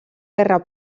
guerra